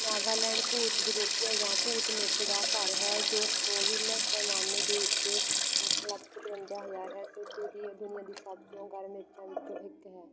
ਨਾਗਾਲੈਂਡ ਭੂਤ ਜੋਰੋਕੀਆ ਜਾਂ ਭੂਤ ਮਿਰਚ ਦਾ ਘਰ ਹੈ ਜੋ ਸਕੋਵਿਲ ਪੈਮਾਨੇ ਦੇ ਉੱਤੇ ਅੱਠ ਲੱਖ ਪਜਵੰਜਾ ਹਜ਼ਾਰ ਐੱਸ ਐੱਚ ਓ ਦੀ ਦੁਨੀਆ ਦੀ ਸਭ ਤੋਂ ਗਰਮ ਮਿਰਚਾਂ ਵਿੱਚੋਂ ਇੱਕ ਹੈ